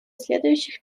следующих